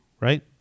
right